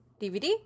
DVD